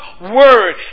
word